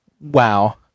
Wow